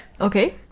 Okay